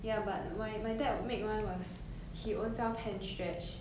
ya but my my dad make one was he own self hand stretch